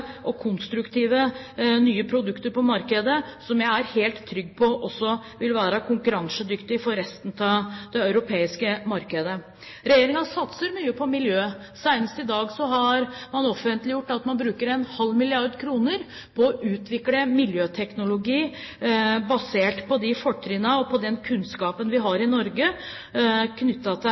og konstruktive nye produkter på markedet, som jeg er helt trygg på også vil være konkurransedyktige på resten av det europeiske markedet. Regjeringen satser mye på miljøet. Senest i dag har man offentliggjort at man bruker en halv milliard kroner for å utvikle miljøteknologi basert på de fortrinn og den kunnskapen vi har i Norge knyttet til